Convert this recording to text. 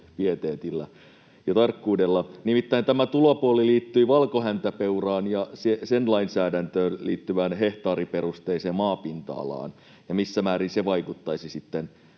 pieteetillä ja tarkkuudella. Nimittäin tämä tulopuoli liittyi valkohäntäpeuraan ja sen lainsäädäntöön liittyvään hehtaariperusteiseen maapinta-alaan ja siihen, missä määrin se vaikuttaisi sitten